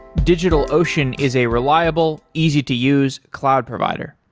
digitalocean is a reliable, easy to use cloud provider.